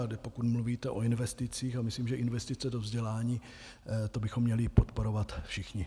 A pokud mluvíte o investicích, tak si myslím, že investice do vzdělání bychom měli podporovat všichni.